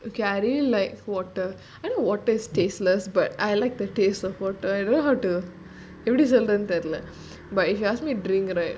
okay I really like water I know water is tasteless but I like the taste of water I don't know how to எப்படிசொல்றதுன்னுதெரியல:epdi solrathunu theriala but if you ask me drink right right